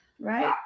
right